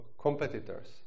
competitors